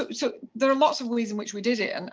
but so there are lots of ways in which we did it, and and